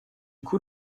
coup